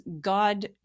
God